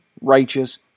righteous